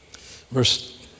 Verse